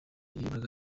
wayoboraga